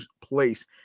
place